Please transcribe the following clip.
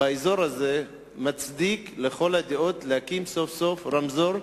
באזור הזה מצדיק לכל הדעות שיקימו סוף-סוף רמזור,